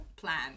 plan